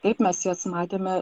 taip mes jas matėme